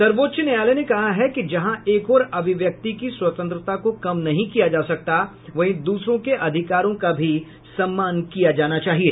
सर्वोच्च न्यायालय ने कहा है कि जहां एक ओर अभिव्यक्ति की स्वतंत्रता को कम नहीं किया जा सकता वहीं दूसरों के अधिकारों का भी सम्मान किया जाना चाहिए